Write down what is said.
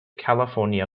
california